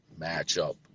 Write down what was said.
matchup